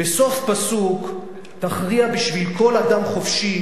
"בסוף פסוק תכריע בשביל כל אדם חופשי